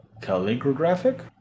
calligraphic